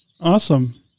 Awesome